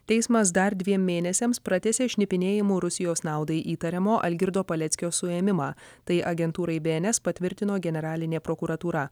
teismas dar dviem mėnesiams pratęsė šnipinėjimu rusijos naudai įtariamo algirdo paleckio suėmimą tai agentūrai be en es patvirtino generalinė prokuratūra